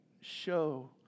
show